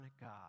God